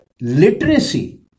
literacy